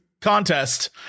contest